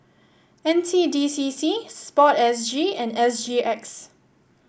N C D C C sport S G and S G X